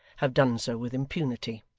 have done so with impunity.